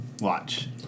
Watch